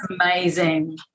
amazing